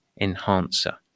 enhancer